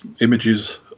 images